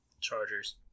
Chargers